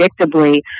predictably